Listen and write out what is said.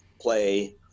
play